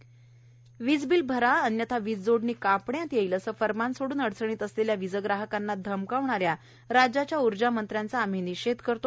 वीज बिल वीज बिल भरावे अन्यथा वीजजोडणी कापण्यात येईल असे फर्माण सोड़न अडचणीत असलेल्या वीजग्राहकांना धमकावणाऱ्या राज्याच्या ऊर्जा मंत्र्यांचा आम्ही निषेध करतो